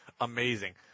Amazing